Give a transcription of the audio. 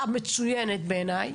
המצוינת בעיניי